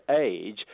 age